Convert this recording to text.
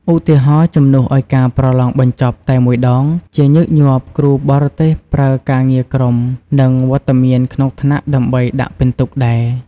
ឧទាហរណ៍ ជំនួសឲ្យការប្រឡងបញ្ចប់តែមួយដង ជាញឹកញាប់គ្រូបរទេសប្រើការងារក្រុម និងវត្តមានក្នុងថ្នាក់ដើម្បីដាក់ពិន្ទុដែរ។